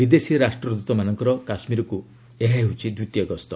ବିଦେଶୀ ରାଷ୍ଟ୍ରଦ୍ୱତମାନଙ୍କର କାଶ୍ମୀରକୁ ଏହା ଦ୍ୱିତୀୟ ଗସ୍ତ